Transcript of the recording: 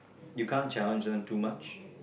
you can't challenge them too much